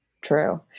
true